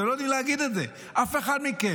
אתם לא יודעים להגיד את זה, אף אחד מכם,